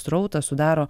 srautą sudaro